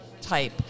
type